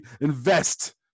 invest